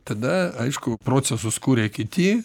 tada aišku procesus kuria kiti